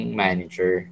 manager